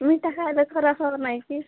ମିଠା ଖାଇଲେ ଖରାପ ହେବ ନାହଁ କି